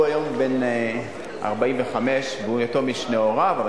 הוא היום בן 45, והוא יתום משני הוריו.